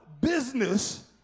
business